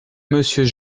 monsieur